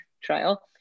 trial